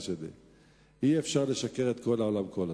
שלי: אי-אפשר לשקר לכל העולם כל הזמן,